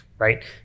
right